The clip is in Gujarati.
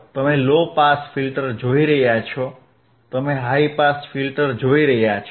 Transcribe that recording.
તમે લો પાસ ફિલ્ટર જોઈ રહ્યા છો તમે હાઈ પાસ ફિલ્ટર જોઈ રહ્યા છો